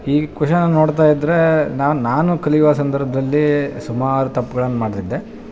ಈ ಕ್ವೆಶನನ್ನ ನೋಡ್ತಾ ಇದ್ರೇ ನಾನು ನಾನು ಕಲಿವ ಸಂದರ್ಭದಲ್ಲಿ ಸುಮಾರು ತಪ್ಪುಗಳ್ನ ಮಾಡ್ತಿದ್ದೆ